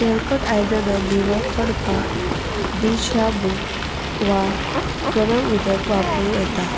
तेलकट आयदनां निवळ करपाक डिश शाबू वा गरम उदक वापरूं येता